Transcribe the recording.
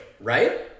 right